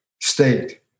state